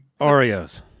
Oreos